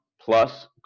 Plus